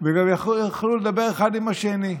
וגם יכלו לדבר אחד עם השני.